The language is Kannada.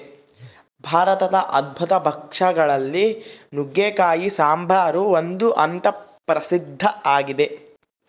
ಭಾರತದ ಅದ್ಭುತ ಭಕ್ಷ್ಯ ಗಳಲ್ಲಿ ನುಗ್ಗೆಕಾಯಿ ಸಾಂಬಾರು ಒಂದು ಅಂತ ಪ್ರಸಿದ್ಧ ಆಗಿದೆ